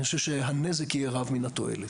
אני חושב שהנזק יהיה רב מן התועלת.